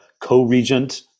co-regent